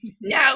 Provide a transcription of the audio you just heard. No